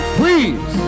please